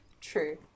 True